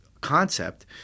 concept